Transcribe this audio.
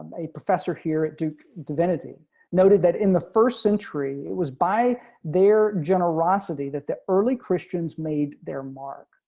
a professor here at duke divinity noted that in the first century it was by their generosity, that the early christians made their mark